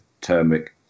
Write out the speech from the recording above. turmeric